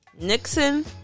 Nixon